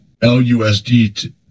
LUSD